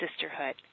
Sisterhood